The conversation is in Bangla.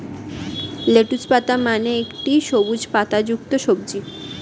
লেটুস পাতা মানে একটি সবুজ পাতাযুক্ত সবজি